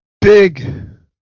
Big